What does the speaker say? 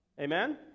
Amen